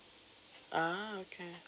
ah okay